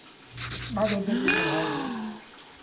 ᱵᱷᱟᱫᱚᱨ ᱫᱷᱟᱹᱵᱤᱡ ᱞᱮ ᱨᱚᱦᱚᱭ ᱜᱮᱭᱟ